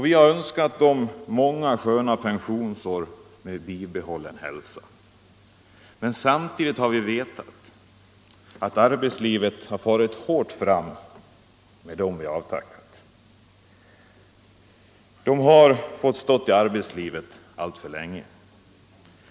Vi har önskat dem många sköna pensionsår med bibehållen hälsa, men samtidigt har vi vetat att arbetslivet har farit hårt fram med dem. De har fått stå i arbetet alltför länge.